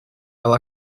ela